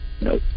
Nope